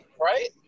Right